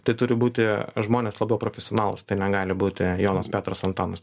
tai turi būti žmonės labiau profesionalūs tai negali būti jonas petras antanas